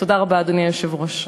תודה רבה, אדוני היושב-ראש.